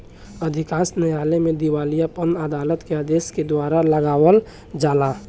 अधिकांश न्यायालय में दिवालियापन अदालत के आदेश के द्वारा लगावल जाला